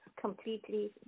completely